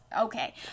okay